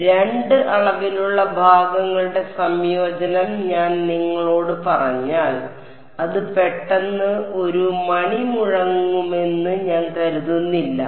അതിനാൽ രണ്ട് അളവിലുള്ള ഭാഗങ്ങളുടെ സംയോജനം ഞാൻ നിങ്ങളോട് പറഞ്ഞാൽ അത് പെട്ടെന്ന് ഒരു മണി മുഴങ്ങുമെന്ന് ഞാൻ കരുതുന്നില്ല